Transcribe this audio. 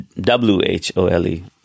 W-H-O-L-E